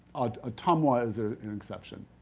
ottumwa is ah an exception.